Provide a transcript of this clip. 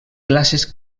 classes